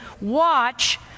watch